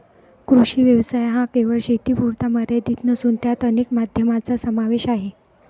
कृषी व्यवसाय हा केवळ शेतीपुरता मर्यादित नसून त्यात अनेक माध्यमांचा समावेश आहे